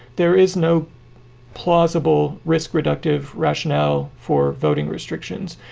there is no plausible risk, reductive rationale for voting restrictions.